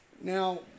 Now